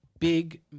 Big